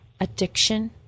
addiction